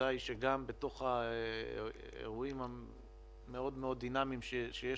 העובדה היא שגם בתוך האירועים המאוד דינמיים שיש